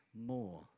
more